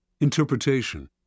Interpretation